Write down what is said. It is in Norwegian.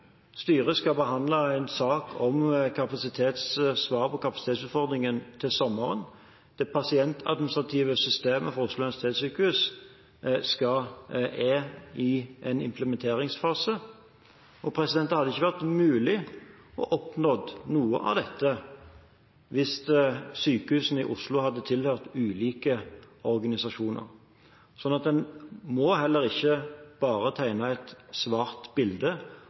Styret skal til sommeren behandle en sak om svar på kapasitetsutfordringen. Det pasientadministrative systemet for Oslo universitetssykehus er i en implementeringsfase, og det hadde ikke vært mulig å oppnå noe av dette hvis sykehusene i Oslo hadde tilhørt ulike organisasjoner. Derfor må en heller ikke bare tegne et svart bilde